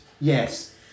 Yes